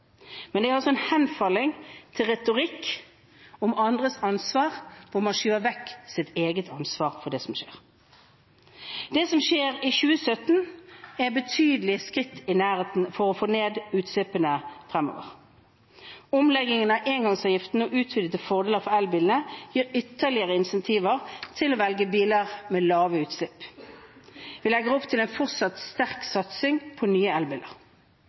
Men det er å henfalle til retorikk om andres ansvar, og man skyver vekk sitt eget ansvar for det som skjer. Det som skjer i 2017, er betydelige skritt for å få ned utslippene fremover. Omleggingen av engangsavgiften og utvidede fordeler for elbilene gir ytterligere incentiver til å velge biler med lave utslipp. Vi legger opp til en fortsatt sterk satsing på nye elbiler.